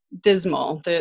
dismal